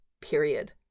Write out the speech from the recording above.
period